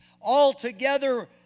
altogether